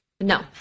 No